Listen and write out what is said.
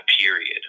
period